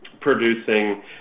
producing